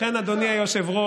לכן, אדוני היושב-ראש,